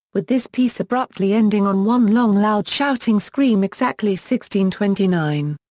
with this piece abruptly ending on one long loud shouting scream exactly sixteen twenty nine.